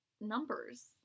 numbers